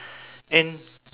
and